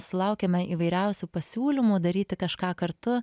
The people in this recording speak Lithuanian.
sulaukiame įvairiausių pasiūlymų daryti kažką kartu